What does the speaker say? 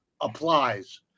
applies